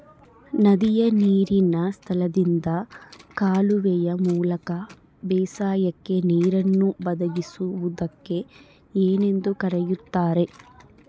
ನದಿಯ ನೇರಿನ ಸ್ಥಳದಿಂದ ಕಾಲುವೆಯ ಮೂಲಕ ಬೇಸಾಯಕ್ಕೆ ನೇರನ್ನು ಒದಗಿಸುವುದಕ್ಕೆ ಏನೆಂದು ಕರೆಯುತ್ತಾರೆ?